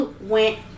went